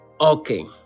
Okay